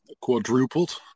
quadrupled